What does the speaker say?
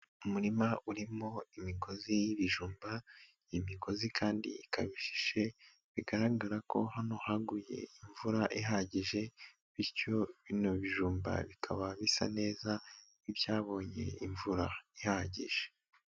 Umurima urimo imigozi y'ibijumba, imigozi kandi ikaba ishishe, bigaragara ko hano haguye imvura ihagije, bityo bino bijumba bikaba bisa neza, nk'ibyabonye imvura ihagije.